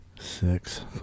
Six